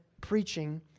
preaching